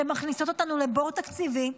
שמכניסות אותנו לבור תקציבי,